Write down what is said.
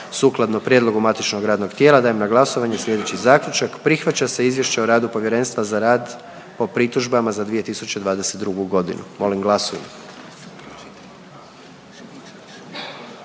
Sukladno prijedlogu matičnog radnog tijela dajem na glasovanje sljedeći zaključak: Prihvaća će Izvješće o radu Povjerenstva za rad po pritužbama za 2022. godinu. Molim glasujmo.